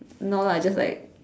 no lah just like